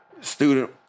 Student